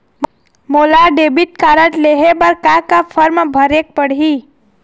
मोला debit card लेहे बर का का फार्म भरेक पड़ही?